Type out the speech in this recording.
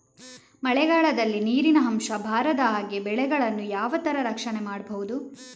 ಮಳೆಗಾಲದಲ್ಲಿ ನೀರಿನ ಅಂಶ ಬಾರದ ಹಾಗೆ ಬೆಳೆಗಳನ್ನು ಯಾವ ತರ ರಕ್ಷಣೆ ಮಾಡ್ಬಹುದು?